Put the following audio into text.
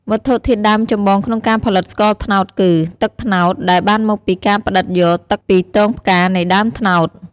វត្ថុធាតុដើមចម្បងក្នុងការផលិតស្ករត្នោតគឺ ទឹកត្នោត ដែលបានមកពីការផ្ដិតយកទឹកពីទងផ្កានៃដើមត្នោត។